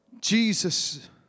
Jesus